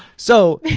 so